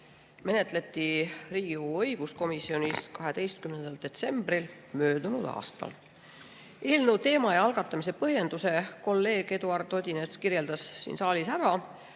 menetleti Riigikogu õiguskomisjonis 12. detsembril möödunud aastal. Eelnõu teema ja algatamise põhjuse kolleeg Eduard Odinets kirjeldas siin saalis ära,